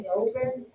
open